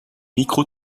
micro